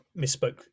misspoke